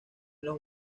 los